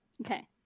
okay